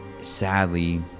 sadly